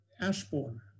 Ashbourne